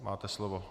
Máte slovo.